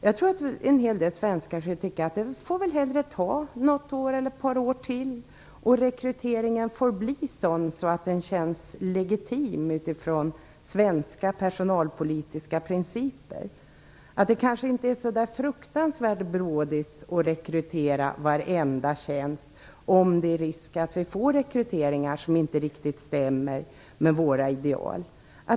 Jag tror att en helt del svenskar tycker att det hellre får ta något år eller ett par år till så att rekryteringen blir sådan att den känns legitim utifrån svenska personalpolitiska principer. Det kanske inte är så där fruktansvärt bråttom att rekrytera varenda tjänst om det är risk att vi får rekryteringar som inte riktigt stämmer med våra ideal.